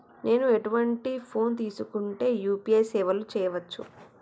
నేను ఎటువంటి ఫోన్ తీసుకుంటే యూ.పీ.ఐ సేవలు చేయవచ్చు?